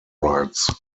rights